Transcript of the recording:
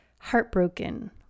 heartbroken